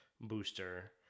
Booster